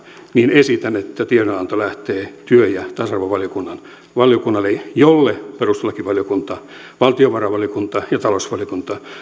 esitän että tiedonanto lähtee työ ja tasa arvovaliokunnalle arvovaliokunnalle jolle perustuslakivaliokunta valtiovarainvaliokunta ja talousvaliokunta